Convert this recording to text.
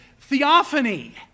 theophany